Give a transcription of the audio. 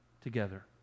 together